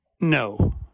No